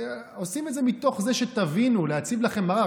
אנחנו עושים את זה כדי שתבינו, להציב לכם מראה.